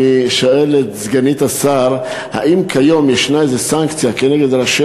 אני שואל את סגנית השר אם כיום יש איזו סנקציה נגד ראשי